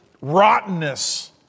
rottenness